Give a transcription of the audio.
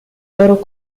loro